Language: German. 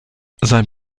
sein